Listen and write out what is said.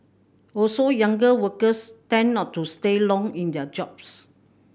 also younger workers tend not to stay long in their jobs